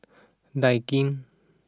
Daikin